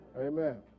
Amen